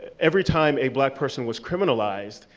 every time a black person was criminalized,